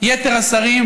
יתר השרים,